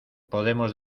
podemos